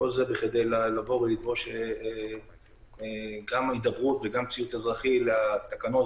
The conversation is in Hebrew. כל זה בכדי לדרוש הידברות וציות אזרחי לתקנות